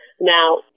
Now